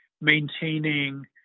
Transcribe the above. maintaining